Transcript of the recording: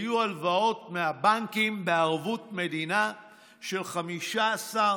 היו הלוואות מהבנקים בערבות מדינה של 15%,